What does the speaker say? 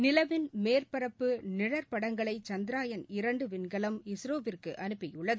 நிலவின் மேற்பரப்புநிழற்படங்களைசந்திரயான் இரண்டுவிண்கலம்இஸ்ரோவிற்குஅனுப்பியுள்ளது